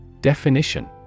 Definition